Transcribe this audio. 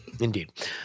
Indeed